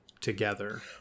together